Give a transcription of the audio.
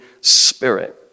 Spirit